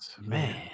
Man